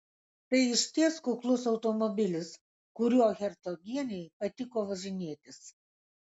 tai išties kuklus automobilis kuriuo hercogienei patiko važinėtis